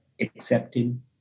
accepting